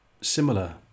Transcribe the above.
similar